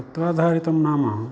ऋत्वाधारितं नाम